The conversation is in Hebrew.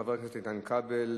חבר הכנסת איתן כבל,